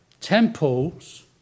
Temples